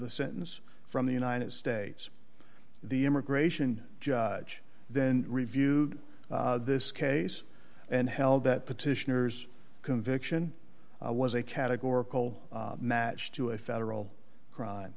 the sentence from the united states the immigration judge then reviewed this case and held that petitioners conviction was a categorical match to a federal crime